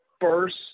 first